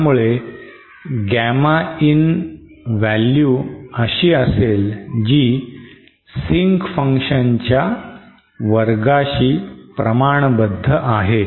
त्यामुळे Gamma in value अशी असेल जी sync function च्या वर्गाशी प्रमाणबद्ध आहे